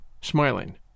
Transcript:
smiling